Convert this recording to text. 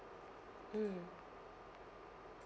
mm